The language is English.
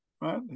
right